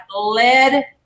lead